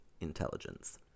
Intelligence